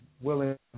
willing